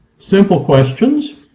simple questions.